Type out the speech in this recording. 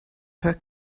her